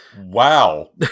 Wow